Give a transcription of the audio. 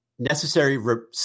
Necessary